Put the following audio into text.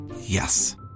Yes